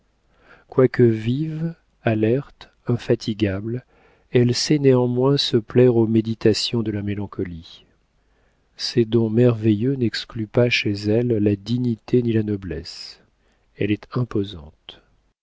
quoique vive alerte infatigable elle sait néanmoins se plaire aux méditations de la mélancolie ces dons merveilleux n'excluent pas chez elle la dignité ni la noblesse elle est imposante